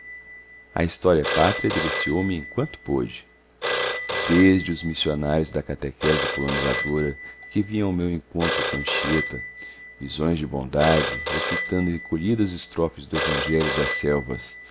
a boca saborosíssimos a história pátria deliciou me em quanto pôde desde os missionários da catequese colonizadora que vinham ao meu encontro com anchieta visões de bondade recitando escolhidas estrofes do evangelho das selvas